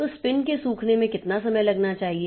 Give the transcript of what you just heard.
तो स्पिन के सूखने में कितना समय लगना चाहिए